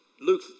Luke